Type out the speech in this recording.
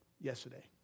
yesterday